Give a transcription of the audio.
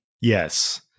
Yes